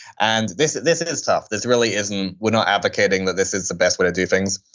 and this this is tough, this really isn't, we're not advocating that this is the best way to do things.